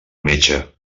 metge